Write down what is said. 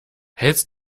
hältst